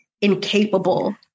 incapable